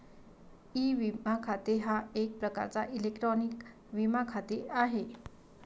E विमा खाते हा एक प्रकारचा इलेक्ट्रॉनिक विमा खाते आहे